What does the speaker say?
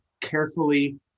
carefully